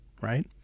right